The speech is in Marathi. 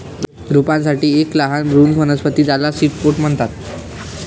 रोपांसाठी एक लहान भ्रूण वनस्पती ज्याला सीड कोट म्हणतात